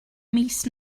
mis